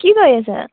কি কৰি আছা